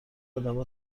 عدم